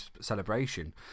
celebration